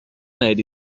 made